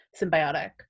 symbiotic